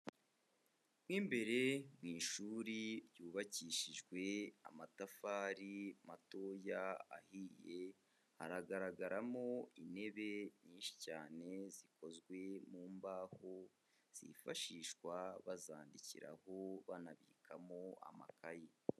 Mo imbere mu ishuri ryubakishijwe amatafari matoya ahiye, haragaragaramo intebe nyinshi cyane zikozwe mu mbaho zifashishwa bazandikiraho, banabikamo amakayi.